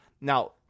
Now